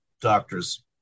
doctors